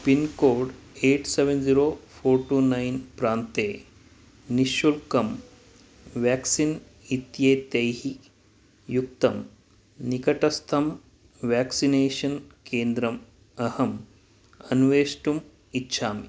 pincode eight seven zero four two nine प्रान्ते निःशुल्कं vaccine इत्येतैः युक्तं निकटस्थं व्याक्सिनेषन् केन्द्रम् अहम् अन्वेष्टुम् इच्छामि